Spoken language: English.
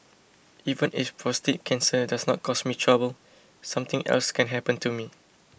even if prostate cancer does not cause me trouble something else can happen to me